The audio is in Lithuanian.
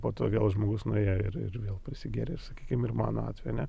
po to vėl žmogus nuėjo ir ir vėl prisigėrė ir sakykim ir mano atveju ane